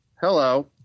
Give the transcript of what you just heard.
Hello